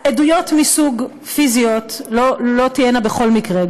עדויות מסוג פיזיות לא תהיינה בכל מקרה,